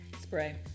Spray